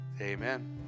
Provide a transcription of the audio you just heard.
Amen